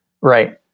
Right